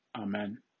Amen